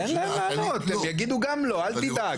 תן להם לענות, הם יגידו גם לא, אל תדאג.